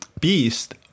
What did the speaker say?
Beast